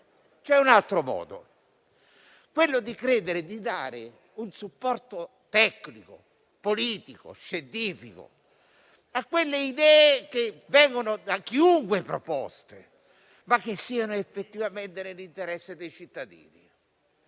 poi un altro modo, quello di credere e dare un supporto tecnico, politico, scientifico a quelle idee che vengono proposte da chiunque, ma che siano effettivamente nell'interesse dei cittadini.